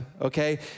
okay